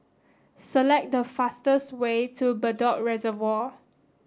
select the fastest way to Bedok Reservoir